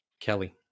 Kelly